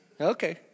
Okay